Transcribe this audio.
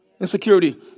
Insecurity